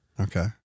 Okay